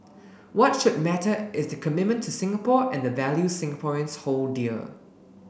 what should matter is the commitment to Singapore and the values Singaporeans hold dear